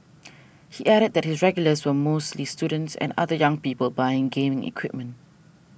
he added that his regulars were mostly students and other young people buying gaming equipment